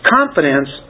Confidence